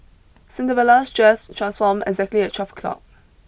Cinderella's dress transformed exactly at twelve o'clock